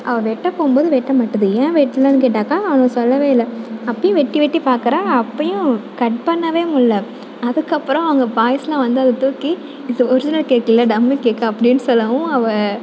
அவள் வெட்ட போகும்போது வெட்ட மாட்டேது ஏன் வெட்லைனு கேட்டாக்கால் அவனுங்க சொல்லவே இல்லை அப்பேயும் வெட்டி வெட்டி பார்க்கறா அப்பேயும் கட் பண்ணவே முடில அதுக்கப்புறம் அங்கே பாய்ஸ்யெலாம் வந்து அது தூக்கி இது ஒரிஜினல் கேக் இல்லை டம்மி கேக்கு அப்படின் சொல்லவும் அவள்